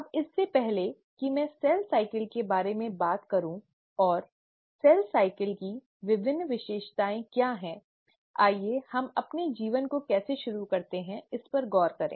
अब इससे पहले कि मैं सेल साइकल के बारे में बात करूं और कोशिका चक्र की विभिन्न विशेषताएं क्या हैं आइए हम अपने जीवन को कैसे शुरू करते हैं इस पर गौर करें